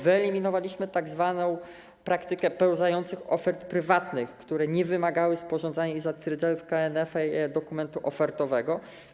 Wyeliminowaliśmy tzw. praktykę pełzających ofert prywatnych, które nie wymagały sporządzania i zatwierdzania w KNF dokumentu ofertowego.